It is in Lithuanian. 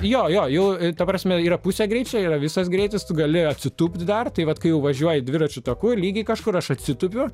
jo jo jau ta prasme yra pusė greičio yra visas greitis tu gali atsitūpti dar tai vat kai jau važiuoji dviračiu taku ir lygiai kažkur aš atsitupiu